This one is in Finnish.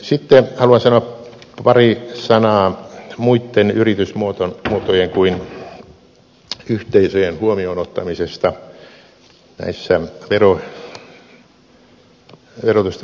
sitten haluan sanoa pari sanaa muitten yritysmuotojen kuin yhteisöjen huomioon ottamisesta näissä verotusta keventävissä järjestelyissä